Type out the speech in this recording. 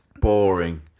boring